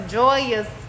joyous